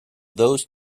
those